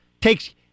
takes